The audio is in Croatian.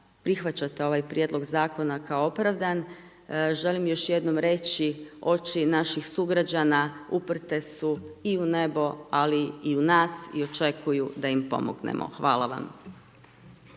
prihvaćate ovaj prijedlog zakona kao opravdan, želim još jednom reći oči naših sugrađana uprte su i u nebo ali i u nas i očekuju da im pomognemo. Hvala vam.